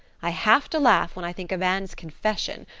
i have to laugh when i think of anne's confession,